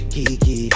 Kiki